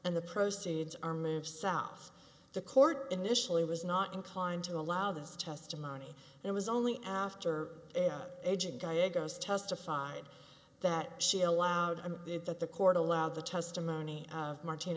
and the proceeds are moved south the court initially was not inclined to allow this testimony it was only after agent diagnosed testified that she allowed it that the court allowed the testimony of mar